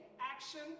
action